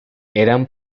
eran